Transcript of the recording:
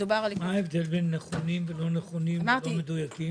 מה ההבדל בין נכונים ללא נכונים, ללא מדויקים?